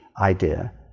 idea